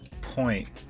point